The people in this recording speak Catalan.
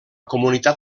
comunitat